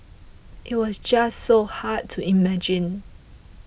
it was just so hard to imagine